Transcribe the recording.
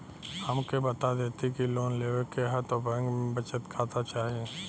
हमके बता देती की लोन लेवे के हव त बैंक में बचत खाता चाही?